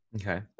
Okay